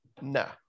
no